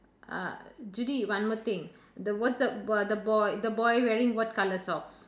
uh Judy one more thing the what's up what the boy the boy wearing what colour socks